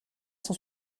cent